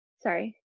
sorry